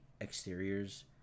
exteriors